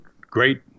great